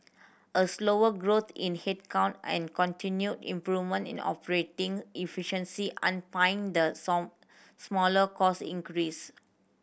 a slower growth in headcount and continued improvement in operating efficiency underpinned the smaller cost increase